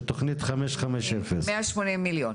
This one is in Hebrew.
של תכנית 550. מאה שמונים מיליון.